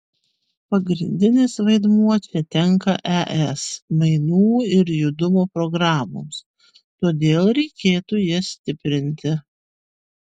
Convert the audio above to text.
pagrindinis vaidmuo čia tenka es mainų ir judumo programoms todėl reikėtų jas stiprinti